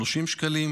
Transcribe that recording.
30 שקלים,